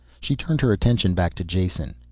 she turned her attention back to jason.